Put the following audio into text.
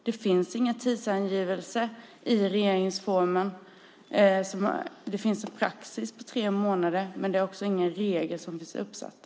Det finns ingen tidsangivelse i regeringsformen. Det finns en praxis på tre månader, men det finns inga regler uppsatta.